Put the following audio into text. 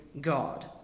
God